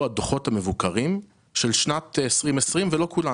הדוחות המבוקרים של שנת 2020 ולא כולם,